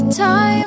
time